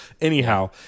Anyhow